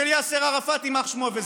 עודד, תתחיל מהתחלה.